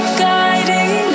guiding